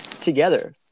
together